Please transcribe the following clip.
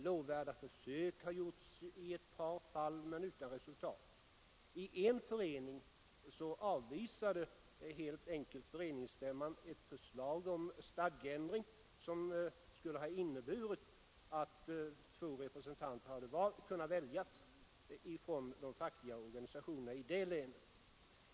Lovvärda försök har gjorts i ett par fall men utan resultat. I en förening avvisade helt enkelt föreningsstämman ett förslag om stadgeändring som skulle ha inneburit att två representanter hade kunnat väljas från de fackliga organisationerna i länet.